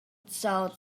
thought